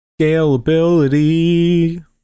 Scalability